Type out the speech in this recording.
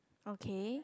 okay